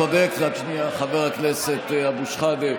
צודק חבר הכנסת אבו שחאדה.